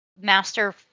master